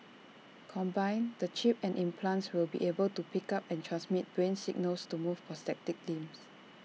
combined the chip and implants will be able to pick up and transmit brain signals to move prosthetic limbs